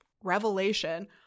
revelation